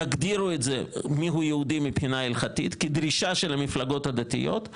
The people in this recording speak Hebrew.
יגדירו את זה מיהו יהודי מבחינה הלכתית כדרישה של המפלגות הדתיות.